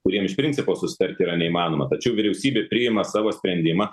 kuriem iš principo susitarti yra neįmanoma tačiau vyriausybė priima savo sprendimą